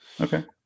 Okay